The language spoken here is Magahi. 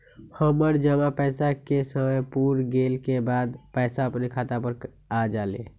हमर जमा पैसा के समय पुर गेल के बाद पैसा अपने खाता पर आ जाले?